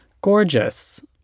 Gorgeous